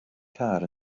car